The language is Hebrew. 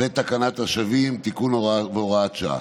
ותקנת השבים (תיקון והוראת שעה).